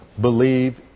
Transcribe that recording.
Believe